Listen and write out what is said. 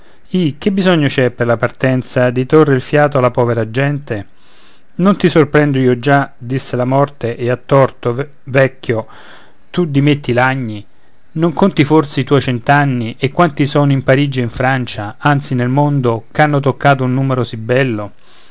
ih che bisogno c'è per la partenza di trre il fiato alla povera gente non ti sorprendo io già disse la morte e a torto vecchio tu di me ti lagni non conti forse i tuoi cent'anni e quanti sono in parigi e in francia anzi nel mondo ch'hanno toccato un numero sì bello